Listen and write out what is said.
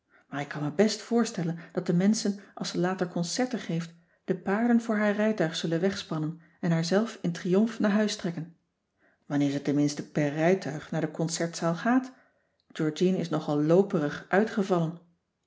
maar ik kan me best voorstellen dat de menschen als ze later concerten geeft de paarden voor haar rijtuig zullen wegspannen en haar zelf in triomf naar huis trekken wanneer ze tenminste per rijtuig naar de concertzaal gaat georgien is nogal looperig uitgevallen